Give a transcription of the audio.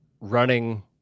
running